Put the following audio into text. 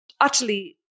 utterly